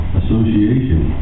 association